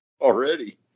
already